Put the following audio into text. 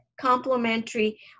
complementary